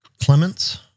Clements